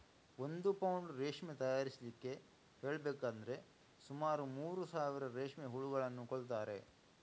ಒಂದು ಪೌಂಡ್ ರೇಷ್ಮೆ ತಯಾರಿಸ್ಲಿಕ್ಕೆ ಹೇಳ್ಬೇಕಂದ್ರೆ ಸುಮಾರು ಮೂರು ಸಾವಿರ ರೇಷ್ಮೆ ಹುಳುಗಳನ್ನ ಕೊಲ್ತಾರೆ